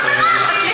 זה הסעיף.